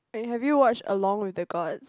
eh have you watched along with the Gods